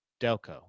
Delco